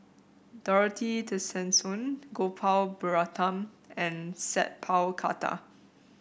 Dorothy Tessensohn Gopal Baratham and Sat Pal Khattar